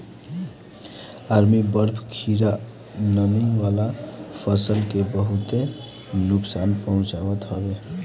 army worm कीड़ा नमी वाला फसल के बहुते नुकसान पहुंचावत हवे